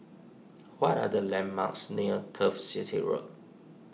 what are the landmarks near Turf City Road